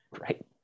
Right